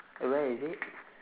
and where is it